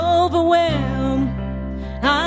overwhelmed